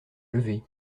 lever